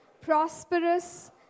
prosperous